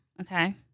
Okay